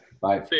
Bye